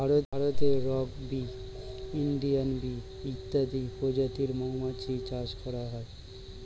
ভারতে rock bee, Indian bee ইত্যাদি প্রজাতির মৌমাছি চাষ করা হয়